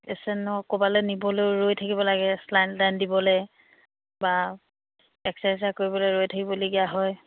পেচেণ্টক ক'ৰবালে নিবলৈ ৰৈ থাকিব লাগে চেলাইন তেলাইন দিবলৈ বা এক্সৰে চেক্সৰে কৰিবলৈ ৰৈ থাকিবলগীয়া হয়